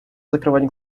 закрывать